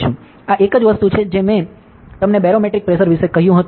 આ એક જ વસ્તુ છે જે મેં તમને બેરોમેટ્રિક પ્રેશર વિશે કહ્યું હતું